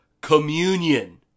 communion